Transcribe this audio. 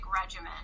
regimen